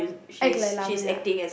act like Lavania